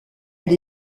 elle